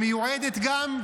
ומיועדת גם,